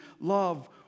love